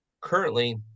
currently